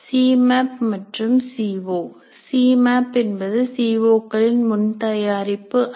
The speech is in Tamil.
சி மேப் மற்றும் சீ ஓ சி மேப் என்பது சீ ஓ களின் முன் தயாரிப்பு அல்ல